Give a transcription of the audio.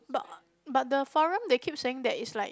but but the forum they keep saying that it's like